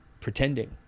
pretending